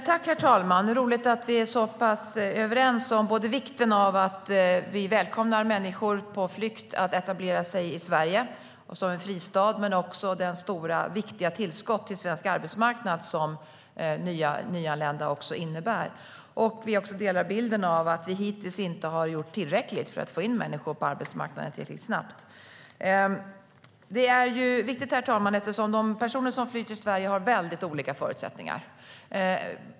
Herr talman! Det är roligt att vi är så pass överens om vikten av att vi välkomnar människor på flykt att etablera sig i Sverige, som en fristad, och om det stora viktiga tillskott till svensk arbetsmarknad som nyanlända också innebär. Vi delar också bilden att vi hittills inte har gjort tillräckligt för att få in människor på arbetsmarknaden tillräckligt snabbt. De personer som flyr till Sverige har mycket olika förutsättningar.